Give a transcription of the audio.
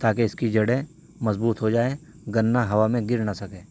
تاکہ اس کی جڑیں مضبوط ہو جائیں گنا ہوا میں گر نہ سکے